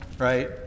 right